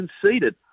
conceded